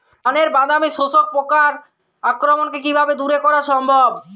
ধানের বাদামি শোষক পোকার আক্রমণকে কিভাবে দূরে করা সম্ভব?